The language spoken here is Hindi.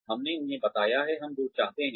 हमने उन्हें बताया है जब हम चाहते थे